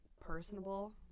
personable